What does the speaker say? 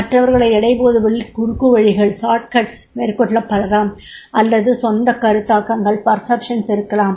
மற்றவர்களை எடைபோடுவதில் குறுக்குவழிகள் மேற்கொள்ளப்படலாம் அல்லது சொந்தக் கருத்தாக்கங்கள் இருக்கலாம்